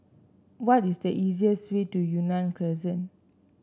what is the easiest way to Yunnan Crescent